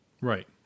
Right